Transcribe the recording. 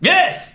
Yes